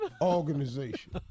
organization